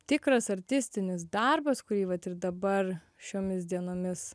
tikras artistinis darbas kurį vat ir dabar šiomis dienomis